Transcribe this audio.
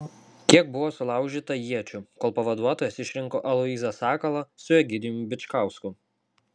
kiek buvo sulaužyta iečių kol pavaduotojas išrinko aloyzą sakalą su egidijumi bičkausku